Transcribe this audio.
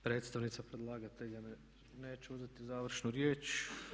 Predstavnica predlagatelja neće uzeti završnu riječ.